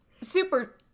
Super